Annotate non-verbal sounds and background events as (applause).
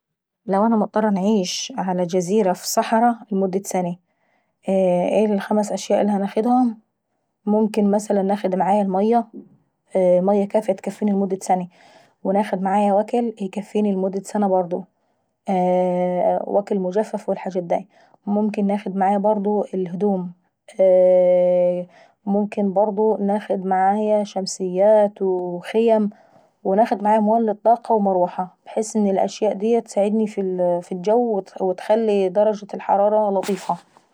لو أنا مضطرة انعيش على جزيرة ف صحراة إلمدة سني، ايه الخمس حاجات اللي هناخدهم؟ ممكن مثلا ناخد امعاية المية، مية كافية تكفيني لمدة سني، وممكن ناخد معاية وكل ايكفيني لمدة سنة برضه، وكل مجفف والحاجات داي، وممكن ناخد امعاية برضو اهدوم (hesitation) وممكن برضو ناخد معاية شممسيات وخيم و ناخد معاية مولد طاقة وميروحة بحيث ان الحاجات ديا اتساعدني في الجو وتخلي درجة الحرارة لطيفة.